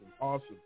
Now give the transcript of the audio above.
awesome